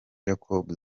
jacob